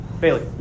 Bailey